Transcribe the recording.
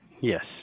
Yes